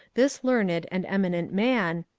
this learned and eminent man,